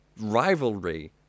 rivalry